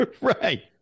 Right